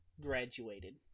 graduated